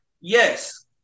yes